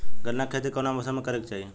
गन्ना के खेती कौना मौसम में करेके चाही?